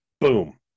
boom